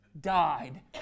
died